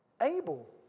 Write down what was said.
able